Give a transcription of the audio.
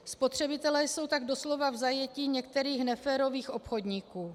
Spotřebitelé jsou doslova v zajetí některých neférových obchodníků.